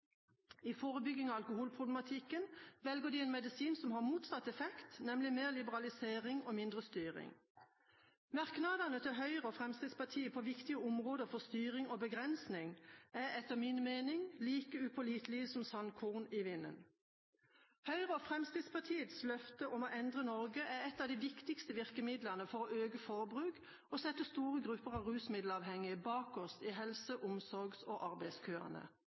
I forebygging av alkoholproblematikken velger de en medisin som har motsatt effekt, nemlig mer liberalisering og mindre styring. Merknadene til Høyre og Fremskrittspartiet på viktige områder for styring og begrensning er etter min mening like upålitelige som sandkorn i vinden. Høyres og Fremskrittspartiets løfte om å endre Norge er et av de viktigste virkemidlene for å øke forbruk og sette store grupper av rusmiddelavhengige bakerst i helse-, omsorgs- og arbeidskøene.